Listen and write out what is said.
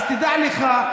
אז תדע לך,